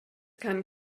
kann